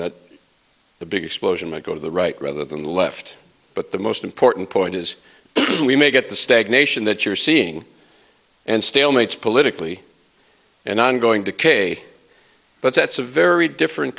that the big explosion might go to the right rather than the left but the most important point is we may get the stagnation that you're seeing and stalemates politically and i'm going to k but that's a very different